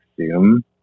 zoom